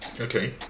Okay